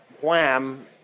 wham